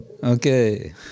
Okay